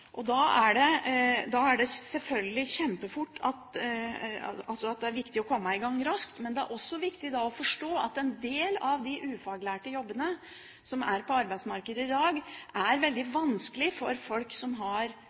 huset. Da er det selvfølgelig viktig å komme i gang raskt, og det er også viktig å forstå at en del av de ufaglærte jobbene som er på arbeidsmarkedet i dag, er veldig vanskelig for folk som har